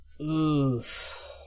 Oof